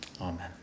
Amen